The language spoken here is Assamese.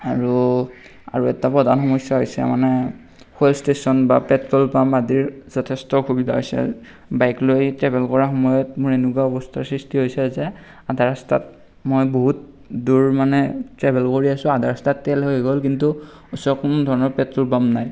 আৰু আৰু এটা প্ৰধান সমস্যা হৈছে মানে ফুৱেল ষ্টেচন বা পেট্ৰ'ল পাম্প আদিৰ যথেষ্ট অসুবিধা হৈছে বাইক লৈ ট্ৰেভেল কৰা সময়ত মোৰ এনেকুৱা অৱস্থাৰ সৃষ্টি হৈছে যে আধা ৰাস্তাত মই বহুত দূৰ মানে ট্ৰেভেল কৰি আছোঁ আধা ৰাস্তাত তেল শেষ হৈ গ'ল কিন্তু ওচৰত কোনো ধৰণৰ পেট্ৰ'ল পাম্প নাই